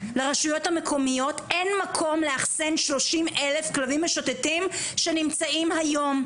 לרשויות המקומיות אין מקום לאחסן 30 אלף כלבים משוטטים שנמצאים היום,